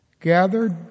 Gathered